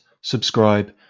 subscribe